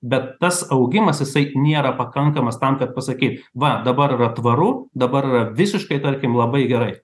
bet tas augimas jisai nėra pakankamas tam kad pasakyt va dabar yra tvaru dabar yra visiškai tarkim labai gerai